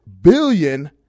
billion